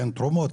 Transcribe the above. תרומות,